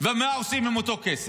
ומה עושים עם אותו כסף.